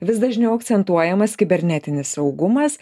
vis dažniau akcentuojamas kibernetinis saugumas